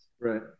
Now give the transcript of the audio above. right